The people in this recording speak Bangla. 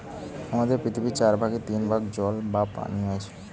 আমাদের পৃথিবীর চার ভাগের তিন ভাগ জল বা পানি আছে